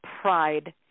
pride